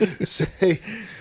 say